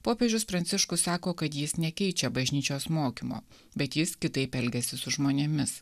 popiežius pranciškus sako kad jis nekeičia bažnyčios mokymo bet jis kitaip elgiasi su žmonėmis